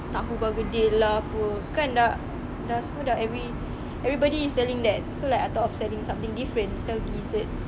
tahu begedil lah apa kan dah dah semua dah everybody is selling that so like I thought of selling something different sell desserts